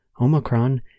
Omicron